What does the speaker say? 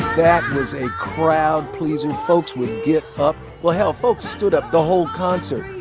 that was a crowd-pleaser. folks would get up well, hell, folks stood up the whole concert.